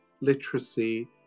literacy